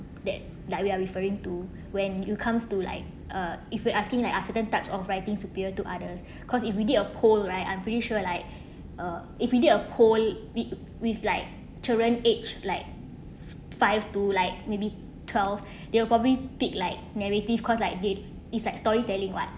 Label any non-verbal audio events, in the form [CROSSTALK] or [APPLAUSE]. that like we are referring to when you comes to like uh if we asking like ah certain types of writing superior to others [BREATH] cause if we did a poll right I'm pretty sure like uh if we did a poll with with like children age like five to like maybe twelve [BREATH] they'll probably pick like narrative cause like they it's like storytelling [what]